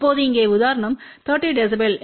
இப்போது இங்கே உதாரணம் 30 dB